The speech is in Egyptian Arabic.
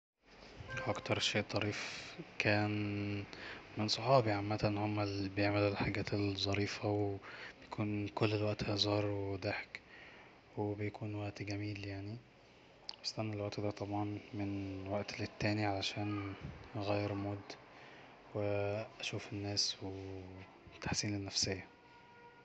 اكتر شيء طريف كان من صحابي عامة هما اللي بيعملو الحجات الظريفة وبيكون كل الوقت هزار وضحك وبيكون وقت جميل يعني بستنى الوقت دا طبعا من وقت للتاني علشان اغير مود وأشوف الناس وتحسين النفسية